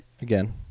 Again